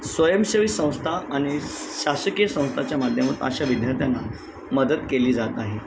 स्वयंसेवी संस्था आणि शासकीय संस्थाच्या माध्यमातून अशा विद्यार्थ्यांना मदत केली जात आहे